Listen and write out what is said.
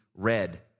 red